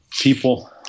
people